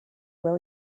will